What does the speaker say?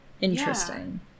Interesting